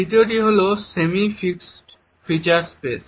দ্বিতীয়টি হল semi fixed feature space